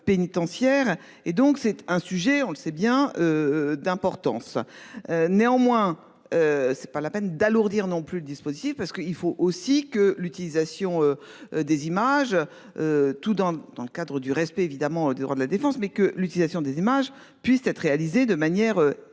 et donc c'est un sujet, on le sait bien. D'importance. Néanmoins. C'est pas la peine d'alourdir non plus le dispositif parce qu'il faut aussi que l'utilisation. Des images. Tout dans, dans le cadre du respect évidemment des droits de la défense mais que l'utilisation des images puisse être réalisée de manière effective